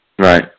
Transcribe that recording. Right